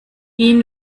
ihn